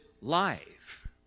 life